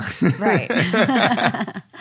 right